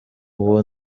uwo